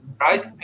right